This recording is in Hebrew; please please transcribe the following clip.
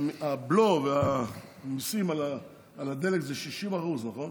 הבלו והמיסים על הדלק זה 60%, נכון?